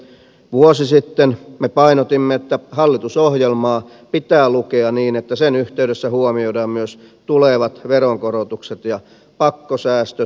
vuosi sitten me painotimme että hallitusohjelmaa pitää lukea niin että sen yhteydessä huomioidaan myös tulevat veronkorotukset ja pakkosäästöt